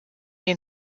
den